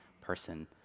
person